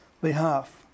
behalf